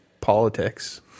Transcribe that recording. politics